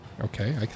Okay